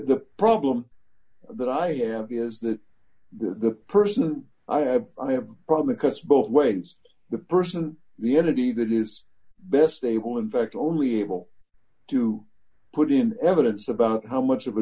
the problem that i have is that the person i have i have probably cuts both ways the person the entity that is best able in fact only able to put in evidence about how much of a